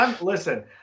Listen